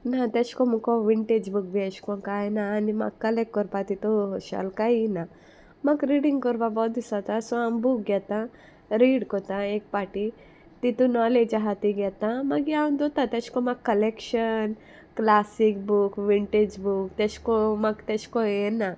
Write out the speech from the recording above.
ना तेश कोन मुको विंटेज बूक बी एश कोन्न कांय ना आनी म्हाका कलेक्ट कोरपा तितू हॉशालकांय ना म्हाका रिडींग कोरपा बोरो दिसोता सो हांव बूक घेतां रीड कोता एक पाटी तितू नॉलेज आहा ती घेता मागीर हांव दोता तेशें कोन्न म्हाका collection classic book vintage book तेशे को म्हाका तेशे को